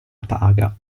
paga